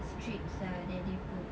strips ah that they put